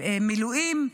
מילואים.